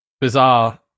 bizarre